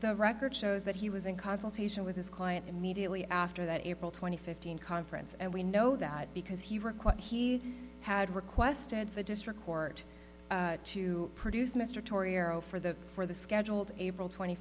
the record shows that he was in consultation with his client immediately after that april twenty fifteen conference and we know that because he request he had requested the district court to produce mr torrey arrow for the for the scheduled april twenty